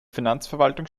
finanzverwaltung